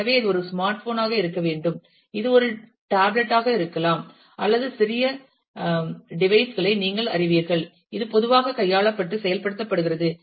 எனவே இது ஒரு ஸ்மார்ட் போன் ஆக இருக்க வேண்டும் இது ஒரு டேப்லெட்டாக இருக்கலாம் அல்லது சில சிறிய டிவைஸ் களை நீங்கள் அறிவீர்கள் இது பொதுவாக கையாளப்பட்டுச் செயல்படுத்தப்படுகிறது